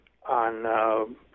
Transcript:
on